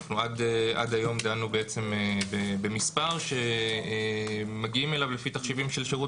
אנחנו עד היום דנו בעצם במספר שמגיעים אליו לפי תחשיבים של שירות